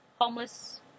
homeless